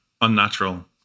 Unnatural